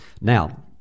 Now